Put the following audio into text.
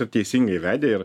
ir teisingai vedė ir